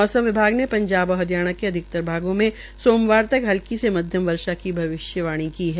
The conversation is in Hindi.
मौसम विभाग ने पंजाब और हरियाणा के अधिकतर भागों में सोमवार तक हल्की से मध्यम वर्षा की भविष्यवाणी की है